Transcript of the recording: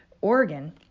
Oregon